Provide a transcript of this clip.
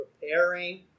preparing